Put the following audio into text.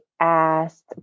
asked